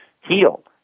heal